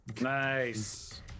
Nice